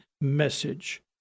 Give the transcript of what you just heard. message